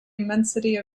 immensity